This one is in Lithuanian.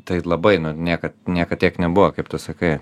taip labai nu niekad niekad tiek nebuvo kaip tu sakai